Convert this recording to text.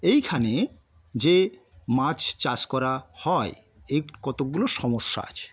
এইখানে যে মাছ চাষ করা হয় এর কতকগুলো সমস্যা আছে